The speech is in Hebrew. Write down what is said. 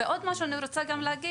עוד משהו אני רוצה להגיד,